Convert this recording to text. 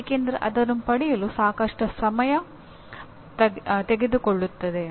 ಏಕೆಂದರೆ ಅದನ್ನು ಪಡೆಯಲು ಸಾಕಷ್ಟು ಸಮಯ ತೆಗೆದುಕೊಳ್ಳುತ್ತದೆ